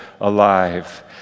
alive